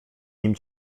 nim